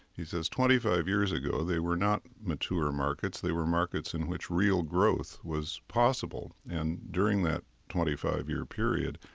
he said twenty five years ago they were not mature markets, they were markets in which real growth was possible. and during that twenty five year period,